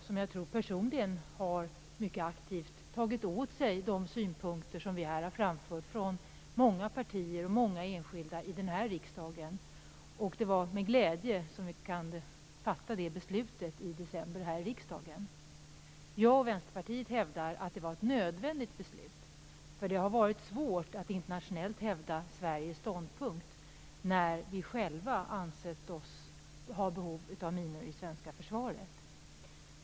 Jag tror att han personligen mycket aktivt har tagit åt sig de synpunkter som många partier och många enskilda i den här riksdagen har framfört. Det var med glädje vi i december kunde fatta det beslutet här i riksdagen. Jag och Vänsterpartiet hävdar att det var ett nödvändigt beslut. Det har varit svårt att internationellt hävda Sveriges ståndpunkt, när vi själva har ansett oss ha behov av minor i det svenska försvaret.